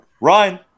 ryan